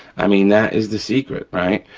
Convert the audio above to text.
i mean, that is the secret, right.